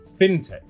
fintech